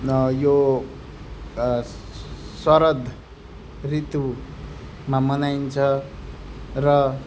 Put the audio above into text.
यो शरद ऋतुमा मनाइन्छ र